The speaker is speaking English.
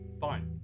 Fine